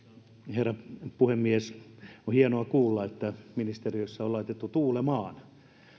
herra puhemies on hienoa kuulla että ministeriössä on laitettu tuulemaan